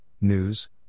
news